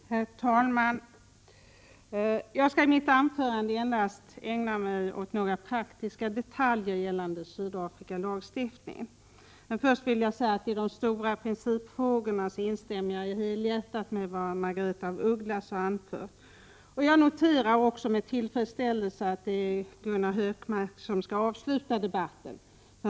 Herr talman! Jag skall i mitt anförande endast ta upp några praktiska detaljer gällande Sydafrikalagstiftningen. Först vill jag säga att när det gäller de stora principfrågorna instämmer jag helhjärtat i vad Margaretha af Ugglas anfört. Jag noterar också med tillfredsställelse att det är Gunnar Hökmark som skall avsluta debatten.